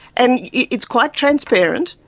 and it's quite transparent,